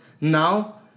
now